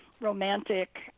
romantic